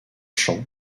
champ